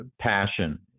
passion